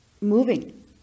moving